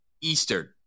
Eastern